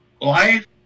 life